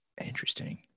Interesting